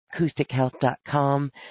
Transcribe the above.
Acoustichealth.com